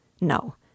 No